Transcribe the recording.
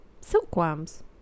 Silkworms